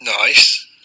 Nice